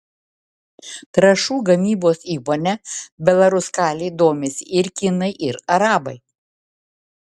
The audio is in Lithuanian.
trąšų gamybos įmone belaruskalij domisi ir kinai ir arabai